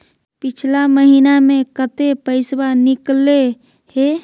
पिछला महिना मे कते पैसबा निकले हैं?